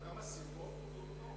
גם אסירות אותו הדבר?